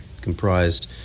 comprised